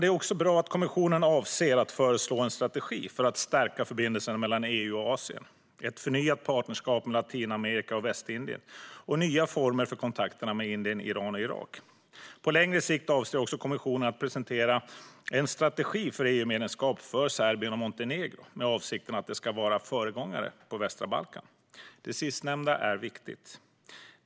Det är också bra att kommissionen avser att föreslå en strategi för att stärka förbindelserna mellan EU och Asien, för ett förnyat partnerskap med Latinamerika och Västindien och för nya former för kontakterna med Indien, Iran och Irak. På längre sikt avser kommissionen att presentera en strategi för EU-medlemskap för Serbien och Montenegro med avsikten att de ska vara föregångare på västra Balkan. Det sistnämnda är viktigt.